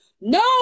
No